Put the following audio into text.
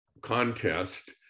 contest